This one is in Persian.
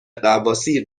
غواصی